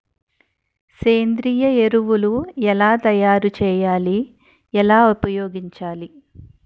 సేంద్రీయ ఎరువులు ఎలా తయారు చేయాలి? ఎలా ఉపయోగించాలీ?